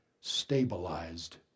stabilized